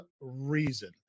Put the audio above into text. reason